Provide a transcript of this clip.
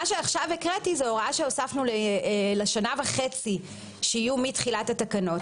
מה שעכשיו הקראתי זאת הוראה שהוספנו לשנה וחצי שיהיו מתחילת התקנות.